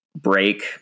break